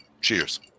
Cheers